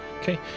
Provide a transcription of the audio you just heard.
Okay